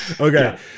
Okay